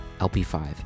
LP5